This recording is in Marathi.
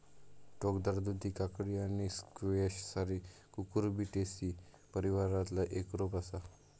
टोकदार दुधी काकडी आणि स्क्वॅश सारी कुकुरबिटेसी परिवारातला एक रोप असा